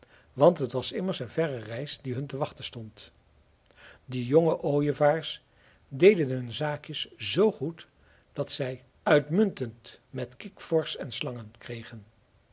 want het was immers een verre reis die hun te wachten stond de jonge ooievaars deden hun zaakjes zoo goed dat zij uitmuntend met kikvorsch en slangen kregen